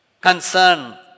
concern